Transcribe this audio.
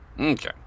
okay